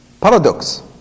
Paradox